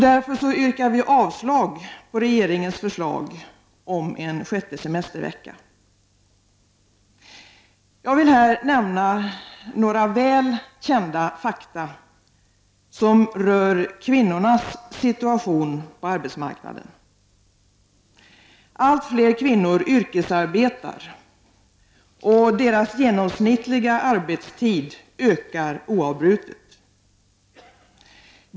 Därför yrkar vi avslag på regeringens förslag om en sjätte semestervecka. Jag vill här nämna några väl kända fakta som rör kvinnornas situation på arbetsmarknaden. Allt fler kvinnor yrkesarbetar, och deras genomsnittliga arbetstid ökar oavbrutet.